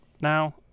now